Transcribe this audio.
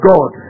God